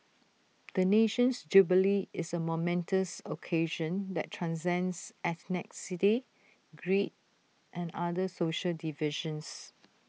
the nation's jubilee is A momentous occasion that transcends ethnic city creed and other social divisions